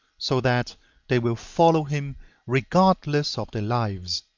so that they will follow him regardless of their lives,